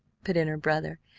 put in her brother.